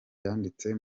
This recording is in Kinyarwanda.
yanditse